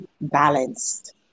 balanced